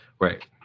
Right